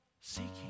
seeking